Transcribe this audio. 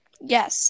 yes